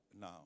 now